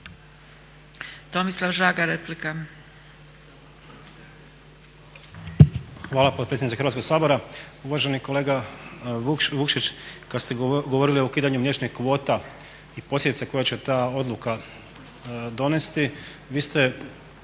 Tomislav Žagar, replika.